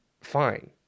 fine